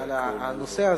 על הנושא הזה,